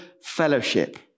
fellowship